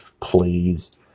Please